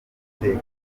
amateka